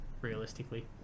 realistically